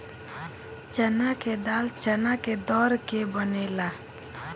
चना के दाल चना के दर के बनेला